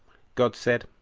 god said,